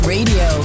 Radio